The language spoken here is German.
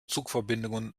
zugverbindungen